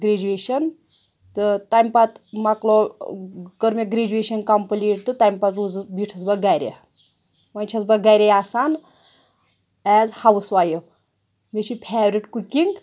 graduation تہٕ تَمہِ پَتہٕ مَکلوٚو کٔر مےٚ گرٛیجویشَن کَمپٕلیٖٹ تہٕ تَمہِ پَتہٕ روٗزٕس بیٖٹھٕس بہٕ گرِ وۄنۍ چھَس بہٕ گرے آسان ایز ہاوُس وایِف مےٚ چھُ فیورِٹ کُکِنٛگ